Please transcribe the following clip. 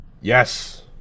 yes